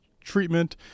treatment